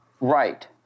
Right